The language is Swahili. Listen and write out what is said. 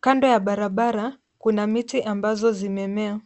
Kando ya barabara kuna miti ambazo zimemea.